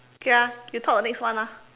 okay ah you talk next one ah